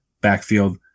backfield